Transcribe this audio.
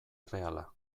erreala